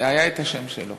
היה השם שלו.